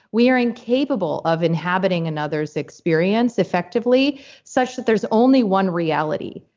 we are incapable of inhabiting another's experience effectively such that there's only one reality